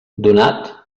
donat